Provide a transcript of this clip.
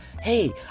Hey